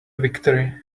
victory